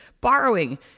borrowing